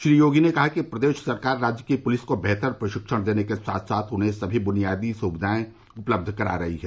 श्री योगी ने कहा कि प्रदेश सरकार राज्य की पुलिस को बेहतर प्रशिक्षण देने के साथ साथ उन्हें सभी बुनियादी सुविधाएं उपलब्ध करा रही है